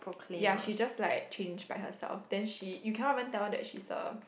ya she just like change by herself then she you cannot even tell that she is a